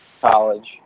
college